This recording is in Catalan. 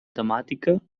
temàtica